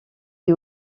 est